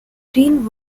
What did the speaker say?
green